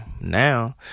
Now